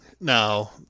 now